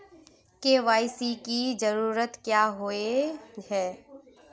KYC की जरूरत क्याँ होय है?